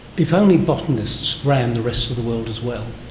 if only botanists ran the rest of the world as well.